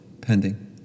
pending